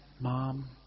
mom